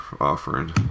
offering